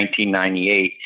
1998